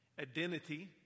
identity